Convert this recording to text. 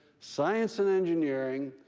science and engineering,